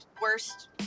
worst